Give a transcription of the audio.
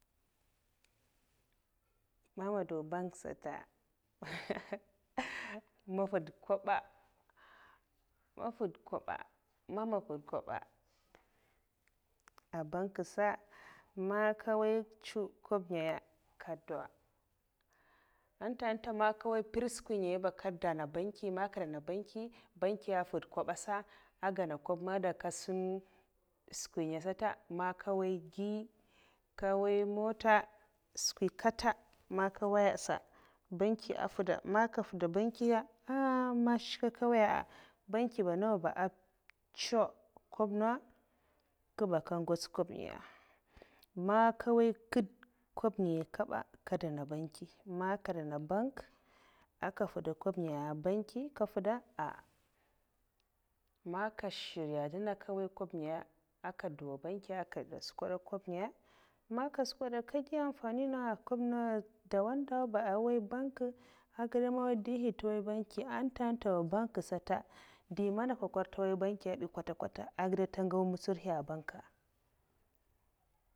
Man nga'dow bank sata nga nfwud kwoba man nka nfwud kwoba ah bank'sa man nka woy nchow kwoba ngaya nka dow en ntenta man nka pir skwi ngaya ba nka dan'na banki man nka dan'na banki, bankiya n' nfwud kwobsa kasun skwi ngaya kata man nka waiy giu, man nka nwaiya mota skwi kata nka nwiya sa bankiya nfuda man ka nfwuda banki ah man shke nka nwaiya banki ba ehn nawa ba n'chow kwoba na ka ba ngeyts kwoba ngaya man nka nwaiya nke'd nwkoba nagay ba nka deina banki man nka dei na bank nka nfwud kwob ngaya banki 'nka nfwuda ah man nka shirya ndzina nka nwaiya kwob ngaya nka dow banki ka nchokowda nkwob nagaya, man nka chkowda ka giu amfani na ndawa ndawa ba ah waiya bank eh gida man ndihi nte waiya banki nte nte banki sata nde mana nkowkwar' nte nwaiya banki bi kwata kwata'a ged man ntegau mwutsurhi a'banka.